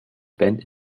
bend